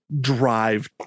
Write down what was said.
drive